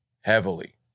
heavily